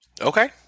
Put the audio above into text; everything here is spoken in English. Okay